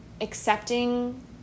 accepting